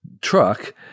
truck